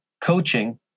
coaching